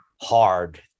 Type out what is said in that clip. hard